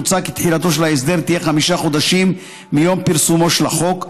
מוצע כי תחילתו של ההסדר תהיה חמישה חודשים מיום פרסומו של החוק,